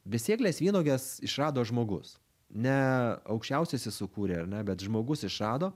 besėkles vynuoges išrado žmogus ne aukščiausiasis sukūrė ar ne bet žmogus išrado